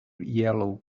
yellow